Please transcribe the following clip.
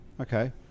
Okay